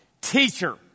Teacher